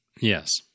Yes